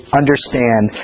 understand